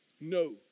No